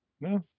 No